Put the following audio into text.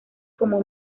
como